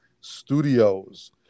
Studios